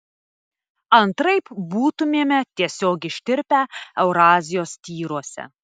antraip būtumėme tiesiog ištirpę eurazijos tyruose